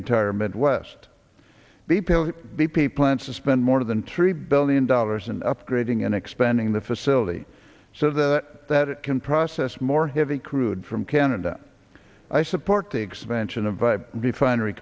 entire midwest b p b p plans to spend more than three billion dollars in upgrading and expanding the facility so the that it can process more heavy crude from canada i support the expansion of vive refinery